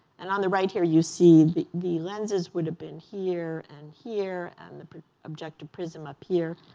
and on the right here, you see the the lenses would have been here and here and the objective prism up here.